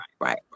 Right